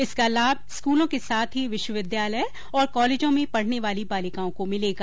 इसका लाभ स्कूलों के साथ ही विश्वविद्यालय और कॉलेजों में पढ़ने वाली बालिकाओं को मिलेगा